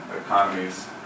economies